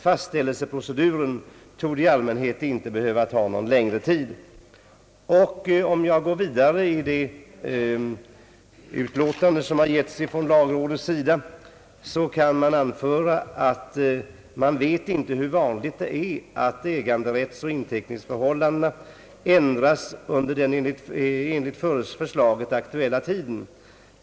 Fastställelseproceduren torde i allmänhet inte ta någon längre tid. Om jag går vidare i det yttrande som avgetts av lagrådet kan anföras, att man inte vet hur vanligt det är att äganderättsoch = inteckningsförhållandena ändras under den enligt förslaget aktuella tiden.